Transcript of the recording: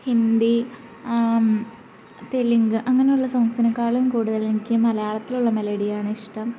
ഹിന്ദി തെലുങ്ക് അങ്ങനെയുള്ള സോങ്ങ്സിനെക്കാളും കൂടുതലെനിക്ക് മലയാളത്തിലുള്ള മെലഡിയാണിഷ്ടം